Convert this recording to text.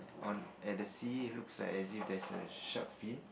on at the sea it looks like as if there's a shark fin